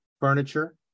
furniture